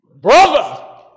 Brother